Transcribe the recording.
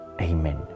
Amen